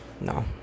No